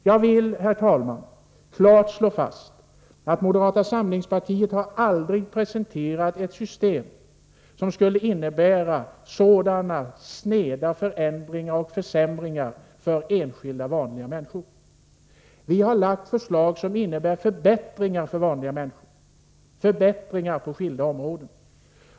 Jag vill, herr talman, klart slå fast att moderata samlingspartiet aldrig har presenterat ett system som skulle innebära en sådan sned förändring och försämring för enskilda, vanliga människor. Vi har lagt fram förslag som innebär förbättringar för vanliga människor, förbättringar på skilda områden.